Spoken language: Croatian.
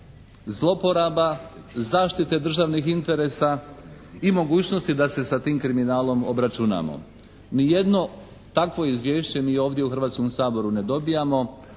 zloporaba, zaštite državnih interesa i mogućnosti da se sa tim kriminalom obračunamo. Ni jedno takvo izvješće mi ovdje u Hrvatskom saboru ne dobijamo,